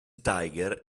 tiger